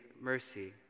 mercy